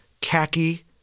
khaki